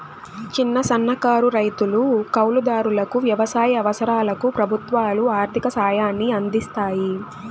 చిన్న, సన్నకారు రైతులు, కౌలు దారులకు వ్యవసాయ అవసరాలకు ప్రభుత్వాలు ఆర్ధిక సాయాన్ని అందిస్తాయి